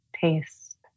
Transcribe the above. taste